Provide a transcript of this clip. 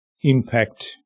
impact